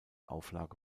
auflage